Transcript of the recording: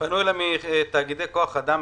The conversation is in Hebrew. פנו אליי מתאגידי כוח אדם,